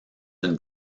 une